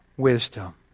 wisdom